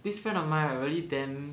this friend of mine really damn